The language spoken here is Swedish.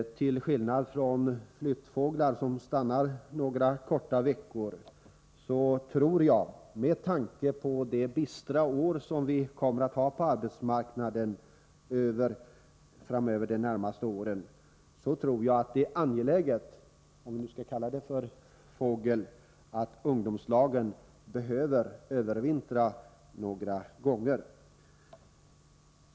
Om vi nu skall kalla ungdomslagen för fågel, tror jag, med tanke på de bistra år som vi kommer att ha på arbetsmarknaden framöver, att det är angeläget att ungdomslagen övervintrar några gånger, till skillnad från flyttfåglar som stannar några få veckor.